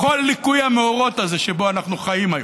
בכל ליקוי המאורות הזה שבו אנחנו חיים היום,